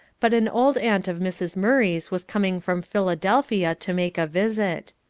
but an old aunt of mrs. murray's was coming from philadelphia to make a visit.